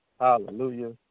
Hallelujah